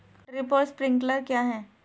Drip और sprinkler क्या हैं?